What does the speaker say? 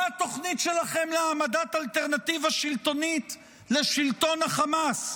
מה התוכנית שלכם להעמדת אלטרנטיבה שלטונית לשלטון חמאס?